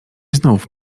znów